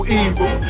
evil